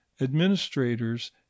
administrators